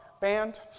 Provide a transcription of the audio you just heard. band